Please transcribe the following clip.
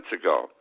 ago